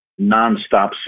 nonstop